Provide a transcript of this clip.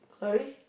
sorry